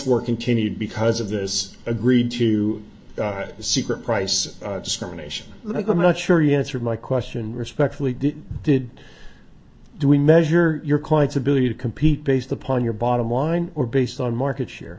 working to need because of this agreed to a secret price discrimination that i'm not sure you answered my question respectfully did do we measure your client's ability to compete based upon your bottom line or based on market share